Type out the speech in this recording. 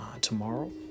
tomorrow